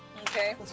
Okay